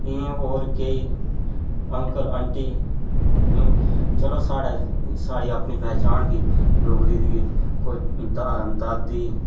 इ'यां होर केईं अंकल आंटी चलो साढ़े साढ़ी अपनी पहचान ही डोगरी दी के कोई दा दादी